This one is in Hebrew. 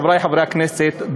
חברי חברי הכנסת,